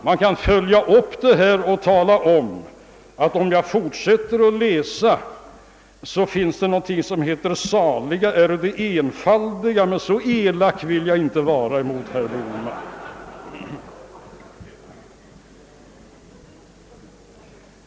Jag kan följa upp detta och tala om att om jag fortsätter att läsa i Bibeln finns där orden »Saliga äro de enfaldiga», men så elak vill jag inte vara mot herr Bohman.